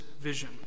vision